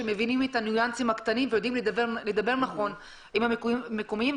שמבינים את הניואנסים הקטנים ויודעים לדבר נכון עם המקומיים,